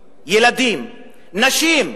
ילדים, נשים,